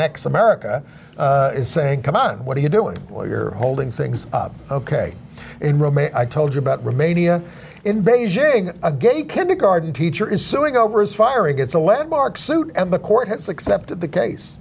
next america is saying come on what are you doing or you're holding things up ok in rome a i told you about romania in beijing a gay kindergarten teacher is suing over his firing it's a lead mark suit and the court has accepted the